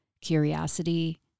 curiosity